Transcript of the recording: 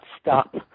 stop